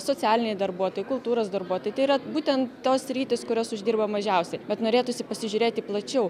socialiniai darbuotojai kultūros darbuotojai tai yra būtent tos sritys kurios uždirba mažiausiai bet norėtųsi pasižiūrėti plačiau